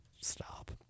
stop